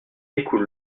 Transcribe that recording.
découle